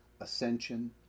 ascension